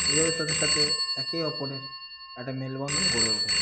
এইভাবে তাদের সাথে একে অপরের একটা মেলবন্ধন গড়ে উঠেছে